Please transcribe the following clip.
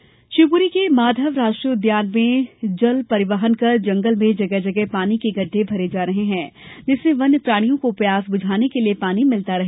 जल संकट शिवपुरी के माधव राष्ट्रीय उद्यान में जल परिवहन कर जंगल में जगह जगह पानी के गड्डे भरे जा रहे हैं जिससे वन्य प्राणियों को प्यास बुझाने के लिए पानी मिलता रहे